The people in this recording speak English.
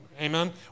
Amen